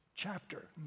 chapter